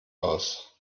aus